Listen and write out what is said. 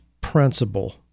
principle